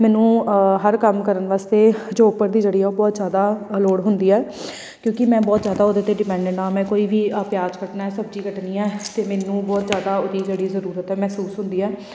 ਮੈਨੂੰ ਹਰ ਕੰਮ ਕਰਨ ਵਾਸਤੇ ਚੋਪਰ ਦੀ ਜਿਹੜੀ ਹੈ ਉਹ ਬਹੁਤ ਜ਼ਿਆਦਾ ਲੋੜ ਹੁੰਦੀ ਹੈ ਕਿਉਂਕਿ ਮੈਂ ਬਹੁਤ ਜ਼ਿਆਦਾ ਉਹਦੇ 'ਤੇ ਡਿਪੈਂਡੈਂਟ ਹਾਂ ਮੈਂ ਕੋਈ ਵੀ ਪਿਆਜ ਕੱਟਣਾ ਸਬਜ਼ੀ ਕੱਟਣੀ ਹੈ ਅਤੇ ਮੈਨੂੰ ਬਹੁਤ ਜ਼ਿਆਦਾ ਉਹਦੀ ਜਿਹੜੀ ਜ਼ਰੂਰਤ ਹੈ ਮਹਿਸੂਸ ਹੁੰਦੀ ਹੈ